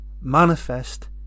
Manifest